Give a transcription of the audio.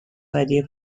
ودیعه